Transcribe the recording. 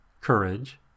Courage